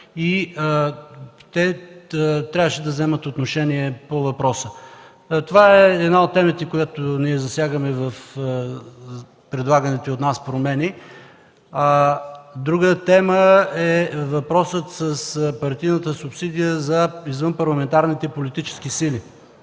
те трябваше да вземат отношение по въпроса. Това е една от темите, които ние засягаме в предлаганите от нас промени. Друга тема е въпросът с партийната субсидия за извънпарламентарните политически сили.